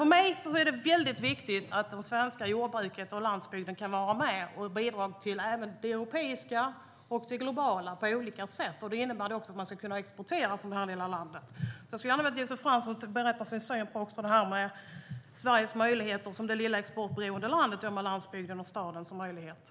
För mig är det väldigt viktigt att det svenska jordbruket och den svenska landsbygden kan vara med och bidra till även det europeiska och det globala på olika sätt. Det innebär att man också ska kunna exportera från landet. Jag skulle gärna vilja att Josef Fransson berättade om sin syn på Sveriges möjligheter som det lilla exportberoende landet och på möjligheterna på landsbygden och i staden.